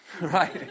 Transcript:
right